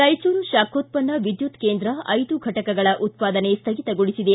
ರಾಯಚೂರು ಶಾಖೋತ್ಪನ್ನ ವಿದ್ಯುತ್ ಕೇಂದ್ರ ಐದು ಫಟಕಗಳ ಉತ್ಪಾದನೆ ಸ್ಥಗಿತಗೊಳಿಸಿದೆ